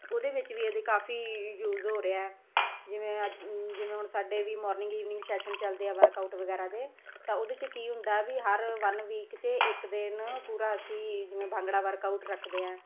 ਉਹਦੇ ਵਿੱਚ ਵੀ ਇਹਦੇ ਕਾਫ਼ੀ ਯੂਜ਼ ਹੋ ਰਿਹਾ ਜਿਵੇਂ ਅੱਜ ਜਿਵੇਂ ਹੁਣ ਸਾਡੇ ਵੀ ਮੋਰਨਿੰਗ ਈਵਨਿੰਗ ਸੈਸ਼ਨ ਚੱਲਦੇ ਆ ਵਰਕਆਊਟ ਵਗੈਰਾ ਦੇ ਤਾਂ ਉਹਦੇ 'ਚ ਕੀ ਹੁੰਦਾ ਵੀ ਹਰ ਵਨ ਵੀਕ 'ਚ ਇੱਕ ਦਿਨ ਪੂਰਾ ਅਸੀਂ ਜਿਵੇਂ ਭੰਗੜਾ ਵਰਕਆਊਟ ਰੱਖਦੇ ਹੈ